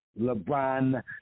LeBron